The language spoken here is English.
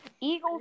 Eagles